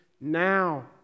now